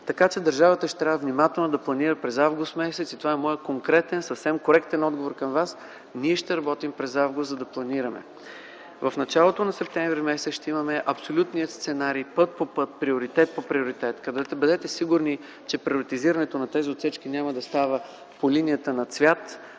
Така че, държавата ще трябва внимателно да планира през м. август. Това е моят конкретен и съвсем коректен отговор към Вас. Ние ще работим през м. август, за да планираме. В началото на м. септември т.г. ще имаме абсолютния сценарий - път по път, приоритет по приоритет. Бъдете сигурни, че приоритизирането на тези отсечки няма да става по линията на цвят,